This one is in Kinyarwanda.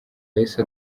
yahise